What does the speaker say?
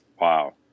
Wow